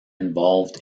involved